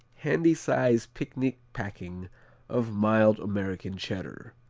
handy-size picnic packing of mild american cheddar.